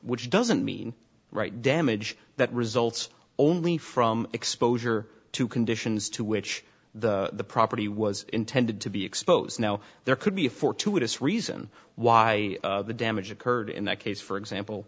which doesn't mean right damage that results only from exposure to conditions to which the property was in tended to be expose now there could be a fortuitous reason why the damage occurred in that case for example